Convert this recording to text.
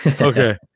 Okay